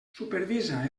supervisa